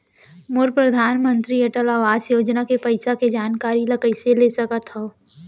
मोर परधानमंतरी अटल आवास योजना के पइसा के जानकारी ल कइसे ले सकत हो?